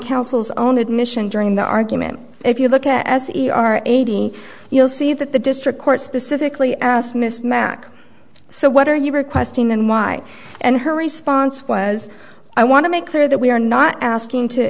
counsel's own admission during the argument if you look at as you are eighty you'll see that the district court specifically asked miss mack so what are you requesting and why and her response was i want to make clear that we are not asking to